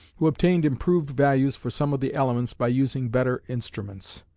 who obtained improved values for some of the elements by using better instruments.